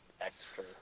extra